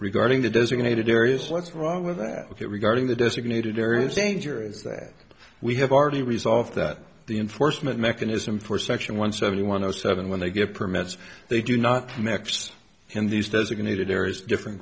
regarding the designated areas what's wrong with that if you regarding the designated areas danger is that we have already resolved that the enforcement mechanism for section one seventy one zero seven when they get permits they do not mix in these designated areas different